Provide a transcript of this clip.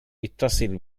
اتصل